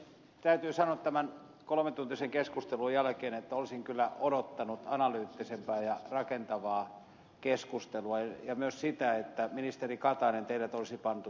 täytyy sanoa tämän kolmetuntisen keskustelun jälkeen että olisin kyllä odottanut analyyttisempää ja rakentavampaa keskustelua ja myös sitä että ministeri katainen teidät olisi pantu tiukille